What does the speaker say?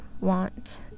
want